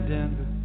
Denver